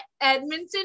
Edmonton